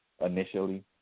initially